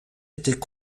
était